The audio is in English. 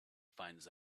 finds